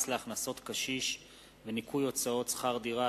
להכנסות קשיש וניכוי הוצאות שכר דירה),